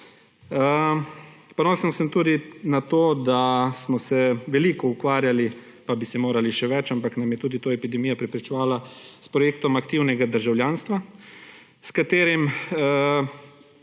Ponosen sem tudi na to, da smo se veliko ukvarjali, pa bi se morali še več, ampak nam je tudi to epidemija preprečevala, s projektom aktivnega državljanstva, s katerim